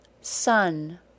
sun